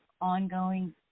Ongoing